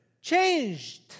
changed